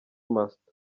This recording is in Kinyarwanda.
master